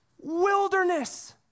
Wilderness